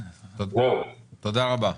תודה רבה.